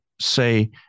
say